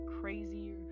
crazy